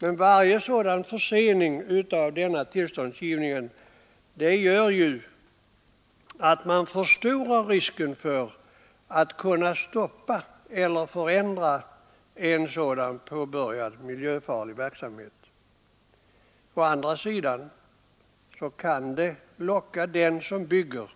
Men varje sådan försening av denna tillståndsgivning gör ju att man förstorar risken för att man inte kan stoppa eller förändra en påbörjad miljöfarlig verksamhet. Å andra sidan kan denna regel locka den som bygger